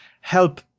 help